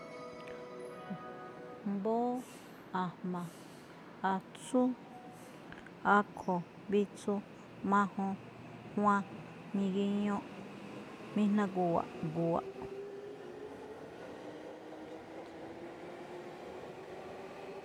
Mbóó, a̱jma̱, atsú, akho̱, vitsu, majun, juwan, migiñuꞌ, miijnagu̱wa̱ꞌ, gu̱wa̱ꞌ.